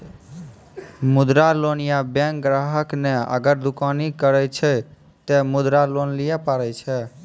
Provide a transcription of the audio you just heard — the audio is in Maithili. मुद्रा लोन ये बैंक ग्राहक ने अगर दुकानी करे छै ते मुद्रा लोन लिए पारे छेयै?